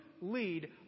lead